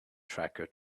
tracker